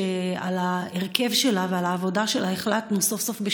שעל ההרכב שלה ועל העבודה שלה החלטנו סוף-סוף,